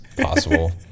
possible